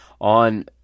on